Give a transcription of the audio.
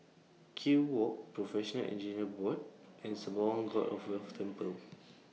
Kew Walk Professional Engineers Board and Sembawang God of Wealth Temple